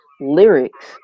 lyrics